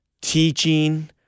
teaching